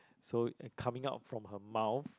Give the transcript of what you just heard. so coming out from her mouth